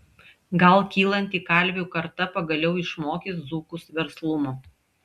gal kylanti kalvių karta pagaliau išmokys dzūkus verslumo